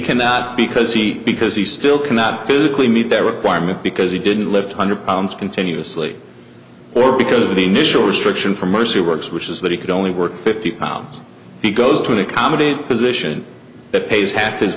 cannot because he because he still cannot physically meet that requirement because he didn't live two hundred pounds continuously or because of the mitchell restriction for most who works which is that he could only work fifty pounds he goes to the comedy position that pays half his